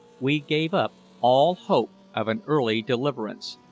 we gave up all hope of an early deliverance,